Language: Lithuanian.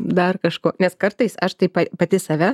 dar kažko nes kartais aš taip pati save